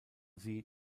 sie